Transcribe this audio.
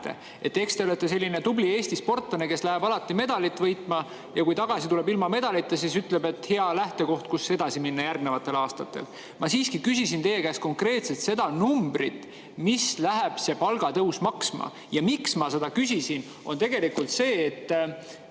Eks te olete selline tubli Eesti sportlane, kes läheb alati medalit võitma ja kui tagasi tuleb ilma medalita, siis ütleb, et on hea lähtekoht, kust edasi minna järgnevatel aastatel. Ma siiski küsisin teie käest konkreetset numbrit, mis läheb see palgatõus maksma. Ja miks ma seda küsisin, mis mind teeb